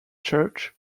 church